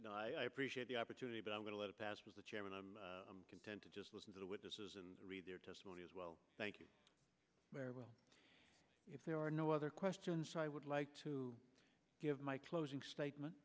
not i appreciate the opportunity but i'm going to let it pass the chairman i'm content to just listen to the witnesses and read their testimony as well thank you very well if there are no other questions i would like to give my closing statement